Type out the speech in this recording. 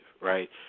right